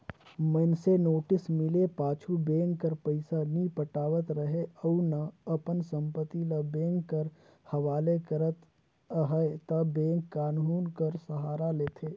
मइनसे नोटिस मिले पाछू बेंक कर पइसा नी पटावत रहें अउ ना अपन संपत्ति ल बेंक कर हवाले करत अहे ता बेंक कान्हून कर सहारा लेथे